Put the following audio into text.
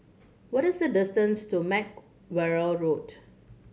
what is the distance to Mack Road